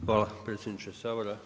Hvala predsjedniče Sabora.